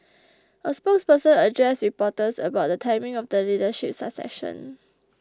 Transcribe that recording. a spokesperson addressed reporters about the timing of the leadership succession